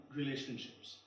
relationships